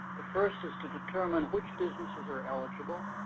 the first is to determine which businesses are eligible.